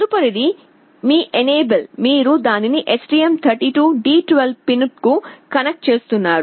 తదుపరిది మీ ఎనేబుల్ మీరు దానిని STM32 D12 పిన్ కు కనెక్ట్ చేస్తున్నారు